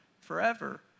forever